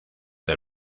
del